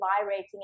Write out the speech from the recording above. vibrating